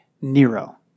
Nero